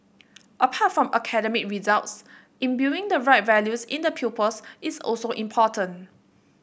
apart from academic results imbuing the right values in the pupils is also important